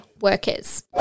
workers